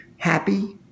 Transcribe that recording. Happy